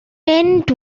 mynd